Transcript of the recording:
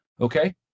okay